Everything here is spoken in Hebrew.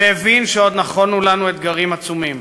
והבין שעוד נכונו לנו אתגרים עצומים.